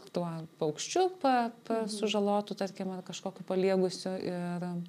tuo paukščiu pa pa sužalotu tarkim ar kažkokiu paliegusiu ir